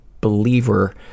believer